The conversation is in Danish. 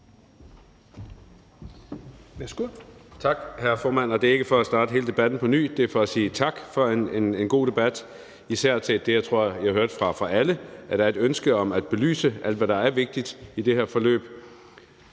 Tak, hr. formand. Det er ikke for at starte hele debatten på ny. Det er for at sige tak for en god debat, og især for det, jeg tror jeg hørte fra alle, nemlig at der er et ønske om at belyse alt, hvad der er vigtigt i det her forløb.